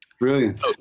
brilliant